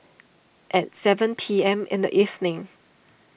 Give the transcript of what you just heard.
at seven P M in the evening